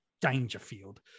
Dangerfield